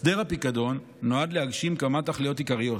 הסדר הפיקדון נועד להגשים כמה תכליות עיקריות: